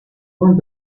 want